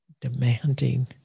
demanding